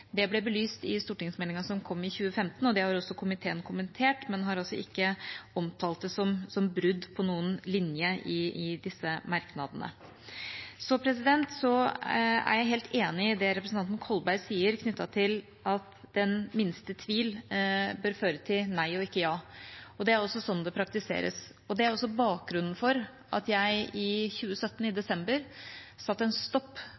Det ble belyst i stortingsmeldingen som kom i 2015, og det har komiteen kommentert, men har altså ikke omtalt det som brudd på noen linje i disse merknadene. Jeg er helt enig i det representanten Kolberg sier knyttet til at den minste tvil bør føre til nei og ikke ja. Det er også sånn det praktiseres. Det er bakgrunnen for at jeg i desember 2017 satte en stopp for lisensiering av A-materiell og suspenderte gyldige lisenser for A-materiell til De forente arabiske emirater. Det er også bakgrunnen for